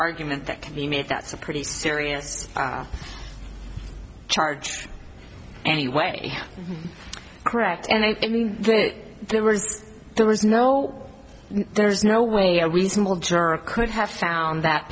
argument that can be made that's a pretty serious charge anyway correct and there was there was no there's no way a reasonable juror could have found that